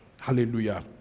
Hallelujah